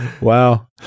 Wow